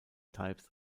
types